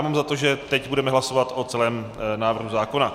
Mám za to, že teď budeme hlasovat o celém návrhu zákona.